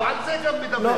הוא על זה גם מדבר.